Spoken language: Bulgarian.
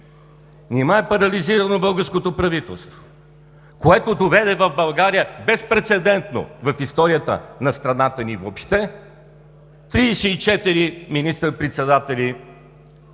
Нима е парализирано българското правителство, което доведе в България, безпрецедентно в историята на страната ни въобще, 34 министър-председатели